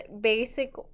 basic